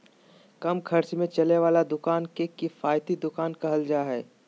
कम खर्च में चले वाला दुकान के किफायती दुकान कहल जा हइ